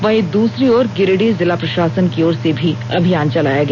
वहीं दूसरी ओर गिरिडीह जिला प्रशासन की ओर से भी अभियान चलाया गया